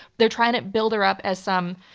they're trying to build her up as some